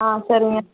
ஆ சரிங்க